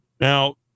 Now